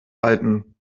halten